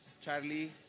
Charlie